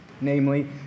Namely